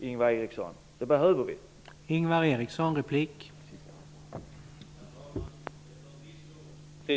Det behöver vi, Ingvar Eriksson!